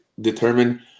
determine